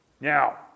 Now